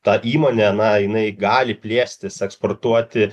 ta įmonė na jinai gali plėstis eksportuoti